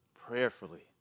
prayerfully